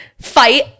fight